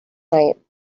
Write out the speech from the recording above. night